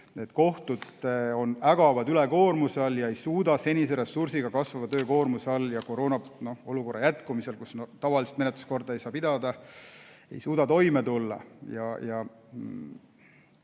Kohtud ägavad ülekoormuse all ega suuda senise ressursiga kasvava töökoormuse juures ja koroonaolukorra jätkumisel, kus tavalist menetluskorda ei saa kasutada, toime tulla.